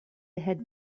had